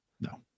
No